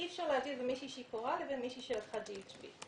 אי אפשר להבדיל בין מישהו שיכורה למישהי שלקחה את הסם הזה.